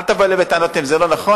אל תבוא אלי בטענות אם זה לא נכון,